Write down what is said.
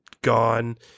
gone